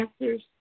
answers